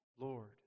Lord